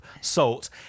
salt